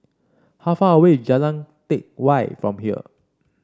how far away Jalan Teck Whye from here